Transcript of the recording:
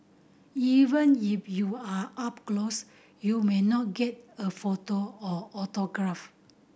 even if you are up close you may not get a photo or autograph